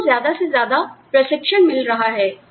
लोगों को ज्यादा से ज्यादा प्रशिक्षण मिल रहा है